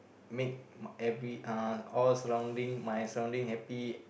make every uh all surrounding my surrounding happy